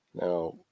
Now